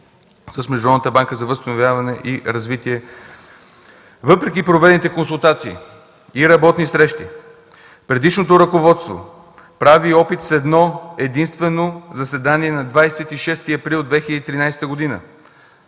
развитие. Въпреки проведените консултации и работни срещи предишното ръководство прави опит с едно-единствено заседание на 26 април 2013 г.